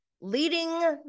leading